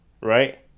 right